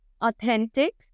authentic